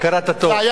הכרת הטוב, הכרת הטוב.